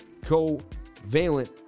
Covalent